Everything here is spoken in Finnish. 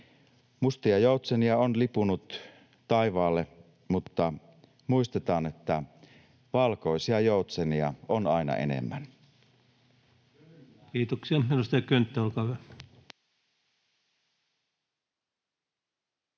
Mustia joutsenia on lipunut taivaalle, mutta muistetaan, että valkoisia joutsenia on aina enemmän. [Tuomas